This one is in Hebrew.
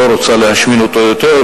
היא לא רוצה להשמין אותו יותר,